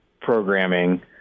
programming